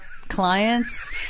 clients